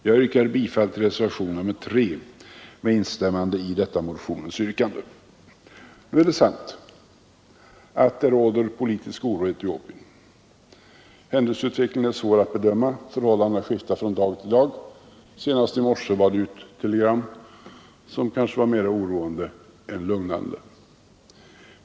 Jag yrkar bifall till reservationen 3 med instämmande i detta motionens yrkande. Nu är det sant att det råder politisk oro i Etiopien. Händelseutvecklingen är svår att bedöma — förhållandena där skiftar från dag till dag. Så sent som i dag på morgonen kunde vi läsa ett telegram som kanske var mera oroande än lugnande.